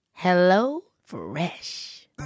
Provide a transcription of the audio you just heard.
HelloFresh